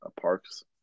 parks